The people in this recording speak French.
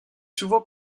souvent